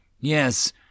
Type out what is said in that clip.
Yes